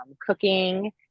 cooking